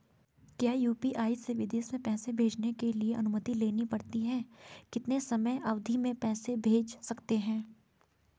क्या यु.पी.आई से विदेश में पैसे भेजने के लिए अनुमति लेनी पड़ती है कितने समयावधि में पैसे भेज सकते हैं?